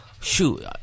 Shoot